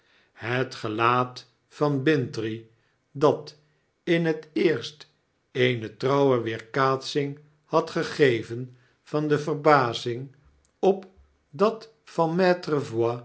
het gelaat van bintrey dat in het eerst eene trouwe weerkaatsing had gegeven van de verbazing op dat van